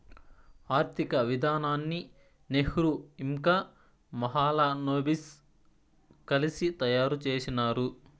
ఆర్థిక విధానాన్ని నెహ్రూ ఇంకా మహాలనోబిస్ కలిసి తయారు చేసినారు